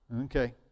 okay